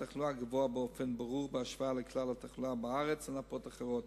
התחלואה גבוהה באופן ברור בהשוואה לכלל התחלואה בארץ ולנפות אחרות,